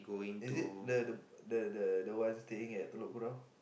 is it the the the the the one staying at Telok-Kurau